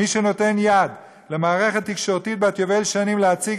מי שנותן יד למערכת תקשורתית בת יובל שנים להציג